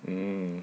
mm